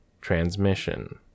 transmission